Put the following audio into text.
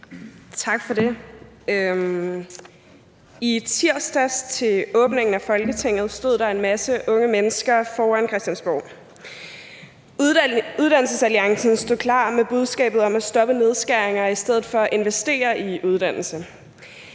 Tak for det. I tirsdags, til åbningen af Folketinget, stod der er en masse unge mennesker foran Christiansborg. Uddannelsesalliancen stod klar med budskabet om at stoppe nedskæringer og i stedet for investere i uddannelse.